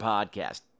Podcast